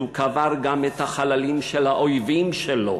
שהוא קבר גם את החללים של האויבים שלו.